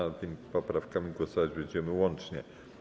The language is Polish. Nad tymi poprawkami głosować będziemy łącznie.